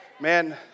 Man